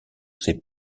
ces